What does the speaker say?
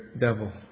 devil